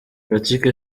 patrick